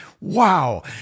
wow